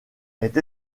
est